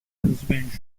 husbands